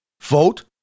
Vote